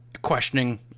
questioning